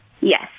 Yes